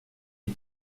est